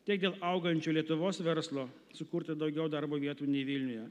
tiek dėl augančio lietuvos verslo sukurta daugiau darbo vietų nei vilniuje